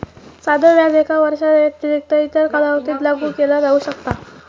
साधो व्याज एका वर्षाव्यतिरिक्त इतर कालावधीत लागू केला जाऊ शकता